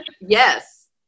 yes